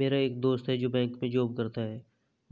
मेरा एक दोस्त है जो बैंक में जॉब करता है